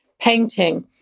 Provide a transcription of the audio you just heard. painting